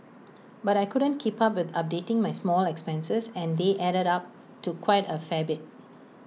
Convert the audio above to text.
but I couldn't keep up with updating my small expenses and they added up to quite A fair bit